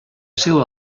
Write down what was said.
seua